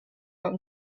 own